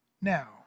Now